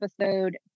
episode